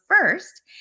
first